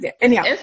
Anyhow